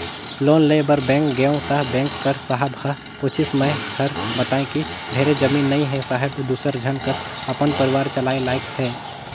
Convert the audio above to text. loan लेय बर bank गेंव त बेंक कर साहब ह पूछिस मै हर बतायें कि ढेरे जमीन नइ हे साहेब दूसर झन कस अपन परिवार चलाय लाइक हे